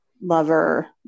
lover